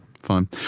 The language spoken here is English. Fine